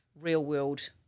real-world